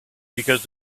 because